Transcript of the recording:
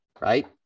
right